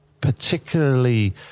particularly